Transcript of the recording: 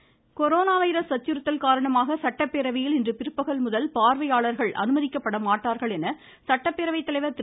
Dhanapal corona virus அச்சுறுத்தல் காரணமாக சட்டப்பேரவையில் இன்று பிற்பகல்முதல் பார்வையாளர்கள் அனுமதிக்கப்பட மாட்டார்கள் என சட்டப்பேரவை தலைவர் திரு